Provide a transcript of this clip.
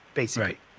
basically. right.